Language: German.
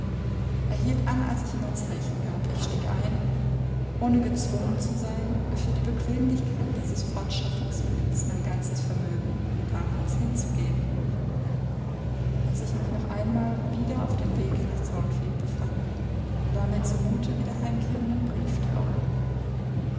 hielt an als ich ihm ein zeichen gab ich stieg ein ohne gezwungen zu sein für die bequemlichkeit dieses fortschaffungsmittels mein ganzes vermögen wie damals hinzugeben als ich mich noch einmal wieder auf dem wege nach thornfield befand war mir zu mute wie der heimkehrenden brieftaube